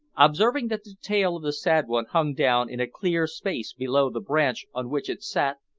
observing that the tail of the sad one hung down in a clear space below the branch on which it sat,